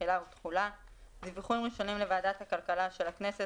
תחילה ותחולה 11.(א)דיווחים ראשונים לוועדת הכלכלה של הכנסת